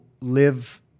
live